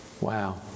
wow